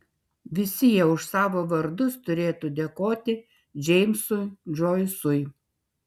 visi jie už savo vardus turėtų dėkoti džeimsui džoisui